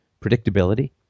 predictability